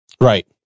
Right